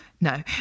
no